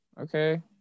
okay